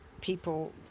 people